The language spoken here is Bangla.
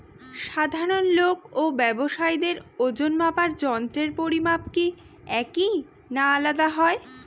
সাধারণ লোক ও ব্যাবসায়ীদের ওজনমাপার যন্ত্রের পরিমাপ কি একই না আলাদা হয়?